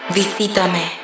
visítame